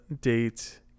date